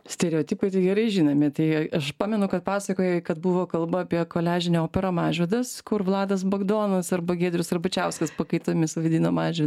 stereotipai tai gerai žinomi tai aš pamenu kad pasakojai kad buvo kalba apie koliažinę operą mažvydas kur vladas bagdonas arba giedrius arbačiauskas pakaitomis vaidino mažą